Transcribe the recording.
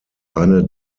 eine